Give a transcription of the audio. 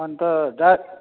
अन्त जा